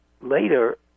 later